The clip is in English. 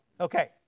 Okay